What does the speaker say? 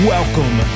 Welcome